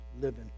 living